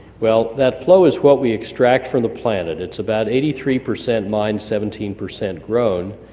well, that flow is what we extract from the planet. it's about eighty three percent mined, seventeen percent grown,